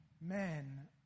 men